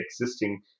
existing